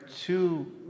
two